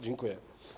Dziękuję.